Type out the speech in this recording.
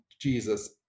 Jesus